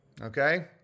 okay